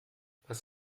was